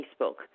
Facebook